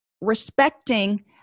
respecting